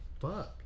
fuck